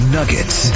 Nuggets